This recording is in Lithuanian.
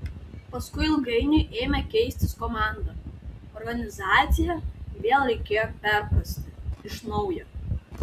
paskui ilgainiui ėmė keistis komanda organizaciją vėl reikėjo perprasti iš naujo